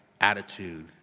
Attitude